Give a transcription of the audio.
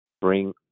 Bring